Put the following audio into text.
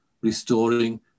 restoring